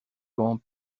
grand